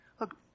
Look